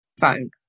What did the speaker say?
phone